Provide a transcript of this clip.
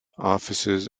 offices